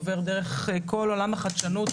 עובר דרך כל עולם החדשנות.